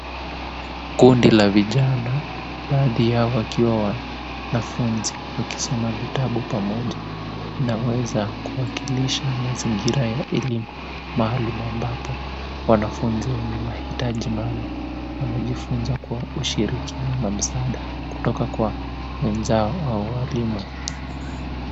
Kundi la vijana, baadhi yao wakiwa wanafunzi wakisoma vitabu pamoja. Inaweza kuwakilisha mazingira ya elimu maalum ambapo wanafunzi wenye mahitaji maalum wanajifunza kwa ushirikiano na msaada kutoka kwa wenzao au walimu.